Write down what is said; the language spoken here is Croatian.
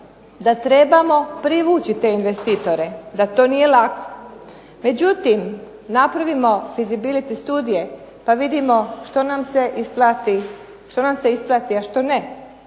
da trebamo privući te investitore, da to nije lako. Međutim, napravimo vizibility studije pa vidimo što nam se isplati a što ne.